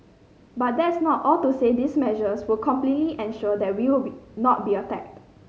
but that's not all to say these measures will completely ensure that we will be not be attacked